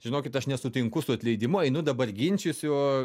žinokit aš nesutinku su atleidimu einu dabar ginčysiu